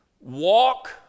walk